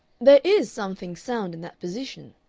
there is something sound in that position,